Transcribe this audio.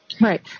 Right